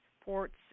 ports